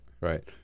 Right